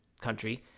country